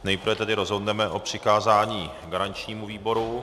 Nejprve rozhodneme o přikázání garančnímu výboru.